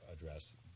address